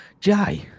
Jai